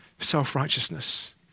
self-righteousness